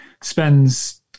spends